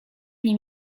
nie